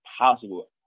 possible